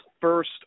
first